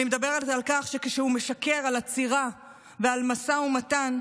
אני מדברת על כך שכשהוא משקר על עצירה ועל משא ומתן,